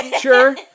sure